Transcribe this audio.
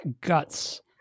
guts